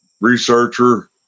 researcher